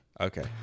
Okay